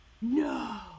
No